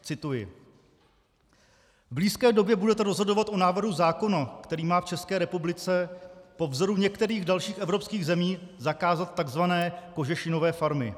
Cituji: V blízké době budete rozhodovat o návrhu zákona, který má v České republice po vzoru některých dalších evropských zemí zakázat tzv. kožešinové farmy.